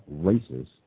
racist